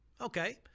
Okay